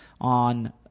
on